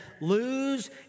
lose